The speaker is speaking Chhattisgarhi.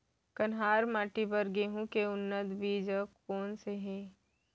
कन्हार माटी बर गेहूँ के उन्नत बीजा कोन से हे?